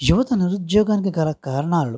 యువత నిరుద్యోగానికి గల కారణాలు